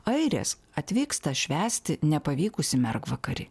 airės atvyksta švęsti nepavykusį mergvakarį